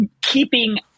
keeping